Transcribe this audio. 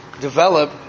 develop